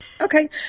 Okay